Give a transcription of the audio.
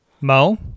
Mo